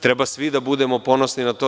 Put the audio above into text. Treba svi da budemo ponosni na to.